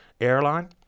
airline